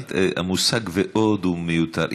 המושג "ועוד" הוא מיותר.